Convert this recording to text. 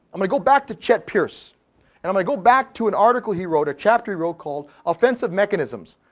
i'm gonna go back to chet pierce. and i'm gonna ah go back to an article he wrote, a chapter he wrote called offensive mechanisms.